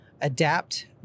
Adapt